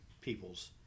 peoples